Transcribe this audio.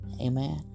Amen